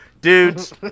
Dudes